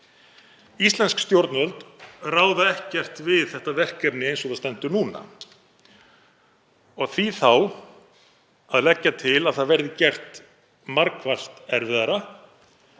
Íslensk stjórnvöld ráða ekkert við þetta verkefni eins og það stendur núna. Því þá að leggja til að það verði gert margfalt erfiðara